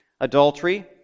adultery